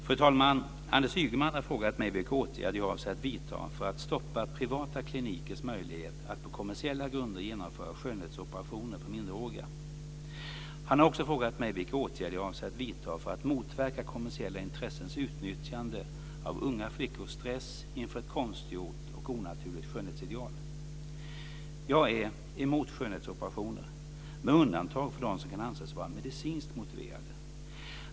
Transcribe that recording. Fru talman! Anders Ygeman har frågat mig vilka åtgärder jag avser att vidta för att stoppa privata klinikers möjligheter att på kommersiella grunder genomföra skönhetsoperationer på minderåriga. Han har också frågat mig vilka åtgärder jag avser att vidta för att motverka kommersiella intressens utnyttjande av unga flickors stress inför ett konstgjort och onaturligt skönhetsideal. Jag är emot skönhetsoperationer, med undantag för de som kan anses vara medicinskt motiverade.